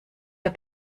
der